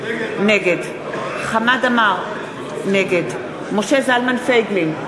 נגד חמד עמאר, נגד משה זלמן פייגלין,